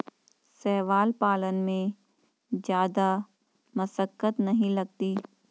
शैवाल पालन में जादा मशक्कत नहीं लगती